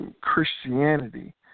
Christianity